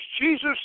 Jesus